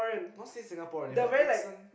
not say Singaporean with her accent